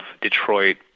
Detroit